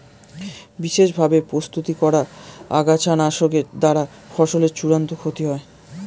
বিশেষ ভাবে প্রস্তুত করা আগাছানাশকের দ্বারা ফসলের চূড়ান্ত ক্ষতি হয় না